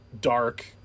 dark